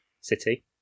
city